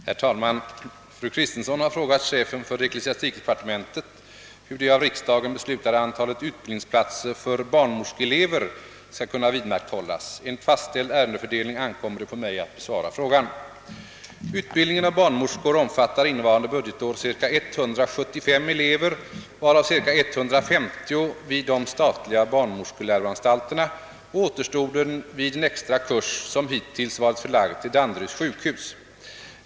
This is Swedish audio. Herr talman! Fru Kristensson har frågat chefen för ecklesiastikdepartementet hur det av riksdagen beslutade antalet utbildningsplatser för barnmorskeelever skall kunna vidmakthållas. Enligt fastställd ärendefördelning ankommer det på mig att besvara frågan. Utbildningen av barnmorskor omfattar innevarande budgetår ca 175 elever varav ca 150 vid de statliga barnmorskeläroanstalterna och återstoden vid en extra kurs som hitintills varit förlagd till Danderyds sjukhus.